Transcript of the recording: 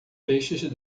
peixes